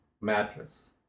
mattress